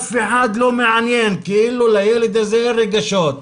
ולאף אחד לא מעניין, כאילו לילד הזה אין רגשות,